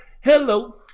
hello